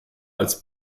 als